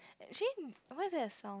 actually where's that sound